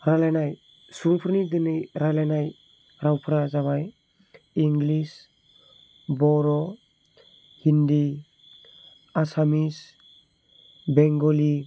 रायज्लायनाय सुबुंफोरनि दिनै रायज्लायनाय रावफोरा जाबाय इंलिस बर' हिन्दी एसामिस बेंगलि